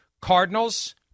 Cardinals